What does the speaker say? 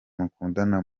mukundana